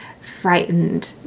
frightened